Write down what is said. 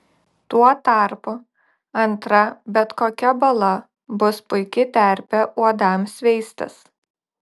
tuo tarpu antra bet kokia bala bus puiki terpė uodams veistis